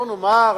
בוא נאמר,